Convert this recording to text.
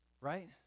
right